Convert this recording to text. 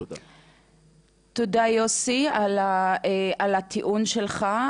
תודה, יוסי, על הטיעון שלך.